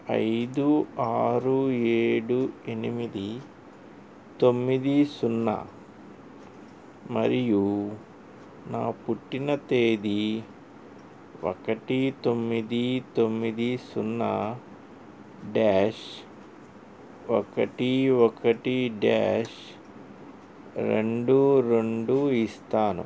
ఐదు ఆరు ఏడు ఎనిమిది తొమ్మిది సున్నా మరియు నా పుట్టిన తేదీ ఒకటి తొమ్మిది తొమ్మిది సున్నా డ్యాష్ ఒకటి ఒకటి డ్యాష్ రెండు రెండు ఇస్తాను